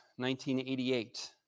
1988